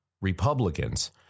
Republicans